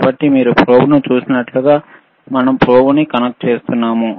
కాబట్టి మీరు ప్రోబ్ను చూసినట్లుగా మనం ఇప్పుడు ప్రోబ్ను కనెక్ట్ చేస్తున్నాము